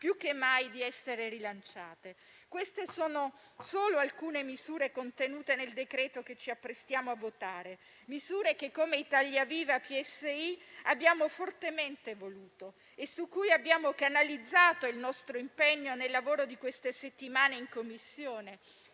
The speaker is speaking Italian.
più che mai di essere rilanciate. Queste sono solo alcune misure contenute nel decreto che ci apprestiamo a votare, misure che, come Italia Viva-PSI, abbiamo fortemente voluto e su cui abbiamo canalizzato il nostro impegno nel lavoro di queste settimane in Commissione